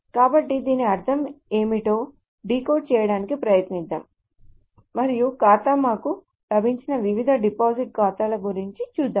కాబట్టి దీని అర్థం ఏమిటో డీకోడ్ చేయడానికి ప్రయత్నిద్దాం మరియు ఖాతా మాకు లభించిన వివిధ డిపాజిట్ ఖాతాల గురించి చూద్దాం